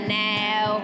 now